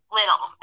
little